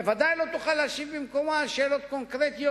ודאי לא תוכל להשיב במקומו על שאלות קונקרטיות